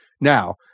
Now